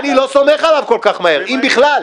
אני לא סומך עליו כל כך מהר, אם בכלל.